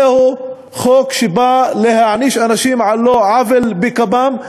זהו חוק שבא להעניש אנשים על לא עוול בכפם,